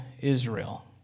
Israel